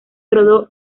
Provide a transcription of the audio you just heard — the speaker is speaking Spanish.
rodó